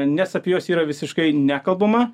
nes apie juos yra visiškai nekalbama